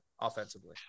offensively